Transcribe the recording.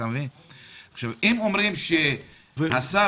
אם אומרים שהשר